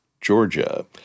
Georgia